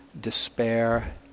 despair